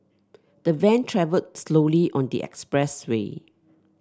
the van travelled slowly on the expressway